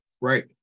Right